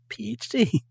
PhD